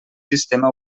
sistema